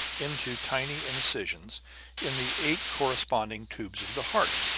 into tiny incisions in the eight corresponding tubes of the heart.